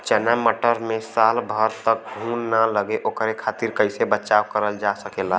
चना मटर मे साल भर तक घून ना लगे ओकरे खातीर कइसे बचाव करल जा सकेला?